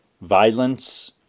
violence